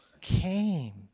came